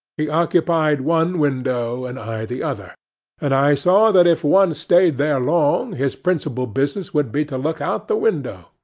he occupied one window, and i the other and i saw that if one stayed there long, his principal business would be to look out the window.